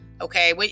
Okay